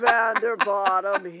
Vanderbottom